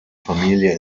familie